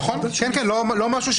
אין לי בעיה שנקריא, אבל זה לא יהיה הנוסח.